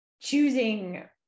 Choosing